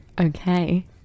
Okay